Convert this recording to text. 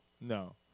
No